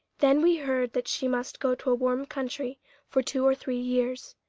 then we heard that she must go to a warm country for two or three years.